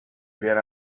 been